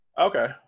Okay